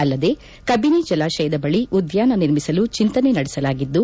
ಅಲ್ಲದೆ ಕಬಿನಿ ಜಲಾಶಯದ ಬಳಿ ಉದ್ದಾನ ನಿರ್ಮಿಸಲು ಚಿಂತನೆ ನಡೆಸಲಾಗಿದ್ದು